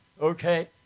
Okay